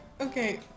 Okay